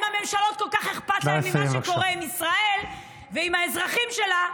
אם לממשלות כל כך אכפת ממה שקורה עם ישראל ועם האזרחים שלה,